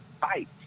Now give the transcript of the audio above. fight